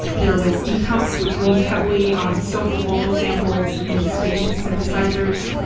there was deep-house which leaned heavily on soulful vocal samples and spacious synthesizers.